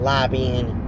Lobbying